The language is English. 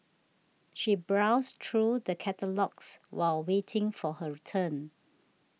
she browsed through the catalogues while waiting for her turn